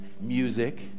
music